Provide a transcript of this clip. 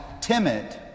timid